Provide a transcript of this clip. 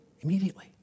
Immediately